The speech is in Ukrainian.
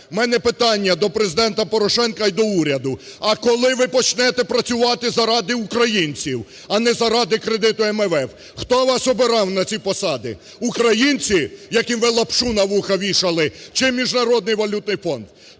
В мене питання до Президента Порошенка і до уряду. А коли ви почнете працювати заради українців, а не заради кредиту МВФ? Хто вас обирав на ці посади? Українці, яким ви "лапшу на вуха вішали", чи Міжнародний валютний фонд?